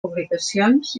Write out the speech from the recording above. publicacions